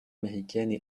américaines